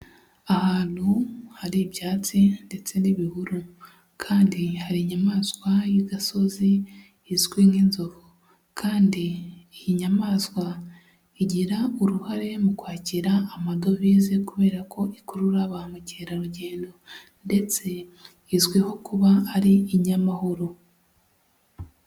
Ahantu hari ibyatsi ndetse n'ibihuru kandi hari inyamaswa y'igasozi, izwi nk'inzovu kandi iyi nyayamaswa igira uruhare mu kwakira amadovize kubera ko ikurura bamukerarugendo ndetse izwiho kuba ari inyamahoro.